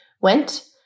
went